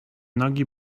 nogi